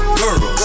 girl